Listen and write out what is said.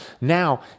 now